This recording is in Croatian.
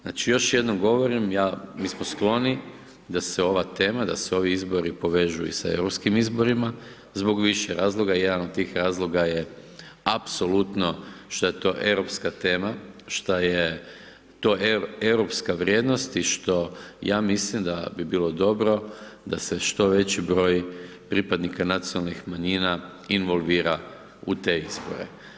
Znači još jednom govorim mi smo skloni da se ova tema, da se ovi izbori povežu i sa europskim izborima zbog više razloga, jedan od tih razloga je apsolutno što je to europska tema, šta je to europska vrijednost i što ja mislim da bi bilo dobro da se što veći broj pripadnika nacionalnih manjina involvira u te izbore.